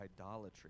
idolatry